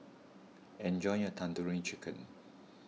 enjoy your Tandoori Chicken